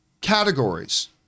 categories